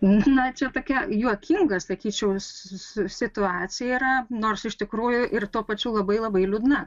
na čia tokia juokinga sakyčiau situacija yra nors iš tikrųjų ir tuo pačiu labai labai liūdna